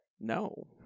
no